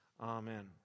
Amen